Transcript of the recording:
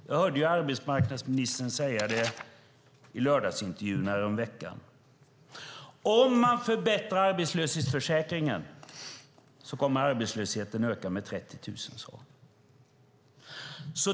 Jag hörde arbetsmarknadsministern säga i lördagsintervjun häromveckan att om man förbättrar arbetslöshetsförsäkringen kommer arbetslösheten att öka med 30 000.